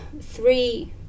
three